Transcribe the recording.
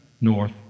North